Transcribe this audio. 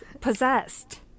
possessed